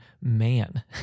man